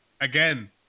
again